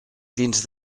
dins